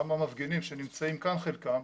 גם המפגינים, שנמצאים כאן חלקם,